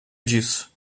disso